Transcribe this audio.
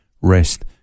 rest